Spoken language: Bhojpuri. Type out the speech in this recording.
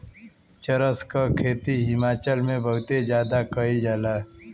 चरस क खेती हिमाचल में बहुते जादा कइल जाला